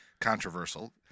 controversial